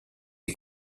est